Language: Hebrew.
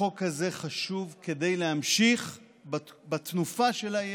החוק הזה חשוב כדי להמשיך בתנופה של העיר,